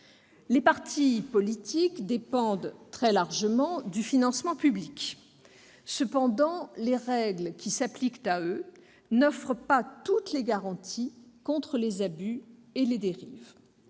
Les partis politiques dépendent très largement du financement public. Néanmoins, les règles qui s'appliquent à eux n'offrent pas toutes les garanties contre les abus ou les dérives.